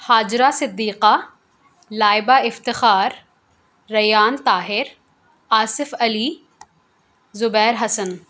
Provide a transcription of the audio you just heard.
Hajra Siddiqa Laiba Iftikhar Rayyan Tahir Asif Ali Zubair Hasan